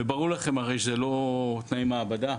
הרי ברור לכם שזה לא תנאי מעבדה,